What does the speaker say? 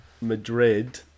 Madrid